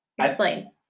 Explain